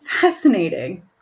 Fascinating